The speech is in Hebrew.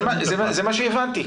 זה מה שהבנתי.